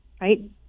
Right